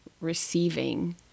receiving